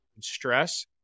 stress